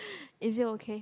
is it okay